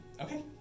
Okay